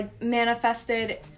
manifested